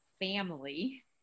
family